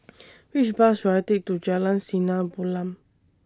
Which Bus should I Take to Jalan Sinar Bulan